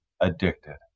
addicted